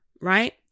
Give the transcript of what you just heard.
right